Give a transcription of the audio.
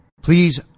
Please